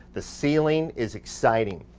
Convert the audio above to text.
the ceiling is exciting